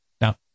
Now